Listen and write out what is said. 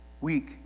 weak